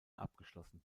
abgeschlossen